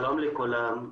שלום לכולם,